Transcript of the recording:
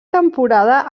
temporada